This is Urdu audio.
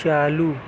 چالو